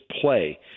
play